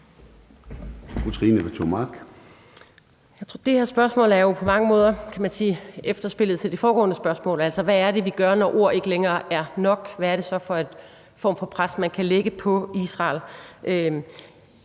Det her spørgsmål er jo på mange måder, kan man sige, efterspillet til det foregående spørgsmål. Altså, hvad er det, vi gør, når ord ikke længere er nok? Hvad er det så for en form for pres, man kan lægge på Israel?